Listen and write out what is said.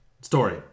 story